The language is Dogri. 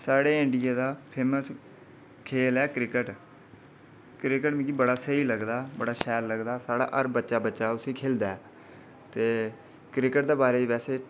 साढ़े इंडिया दा फेमस खेल ऐ क्रिकेट क्रिकेट मिगी बड़ा स्हेई लगदा बड़ा शैल लगदा साढ़ा हर बच्चा बच्चा उसी खेढदा ऐ ते क्रिकेट दे बारै च बैसे